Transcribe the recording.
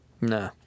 No